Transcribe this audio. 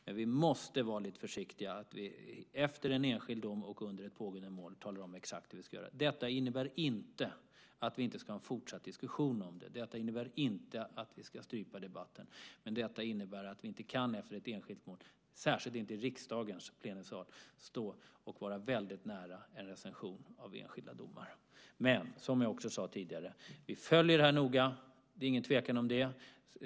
Men vi måste vara lite försiktiga med att efter en enskild dom och under ett pågående mål tala om exakt hur vi ska göra. Det innebär inte att vi inte ska ha en fortsatt diskussion om det. Det innebär inte vi ska strypa debatten. Men det innebär att vi inte kan stå efter ett enskilt mål, särskilt inte i riksdagens plenisal, och vara väldigt nära en recension av enskilda domar. Som jag också sade tidigare följer vi detta noga. Det är ingen tvekan om det.